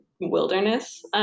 wilderness